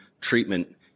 treatment